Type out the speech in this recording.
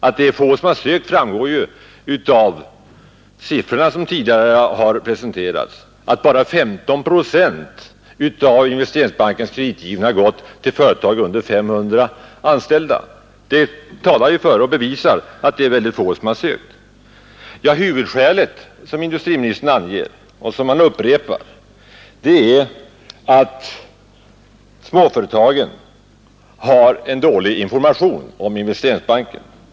Att det är få framgår av de siffror som tidigare har presenterats — bara 15 procent av Investeringsbankens kreditgivning har gått till företag med under 500 anställda. Huvudskälet som industriministern anger och som han upprepar är att småföretagen är dåligt informerade om Investeringsbanken.